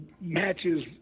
matches